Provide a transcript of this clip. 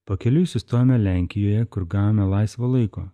pakeliui sustojome lenkijoje kur gavome laisvo laiko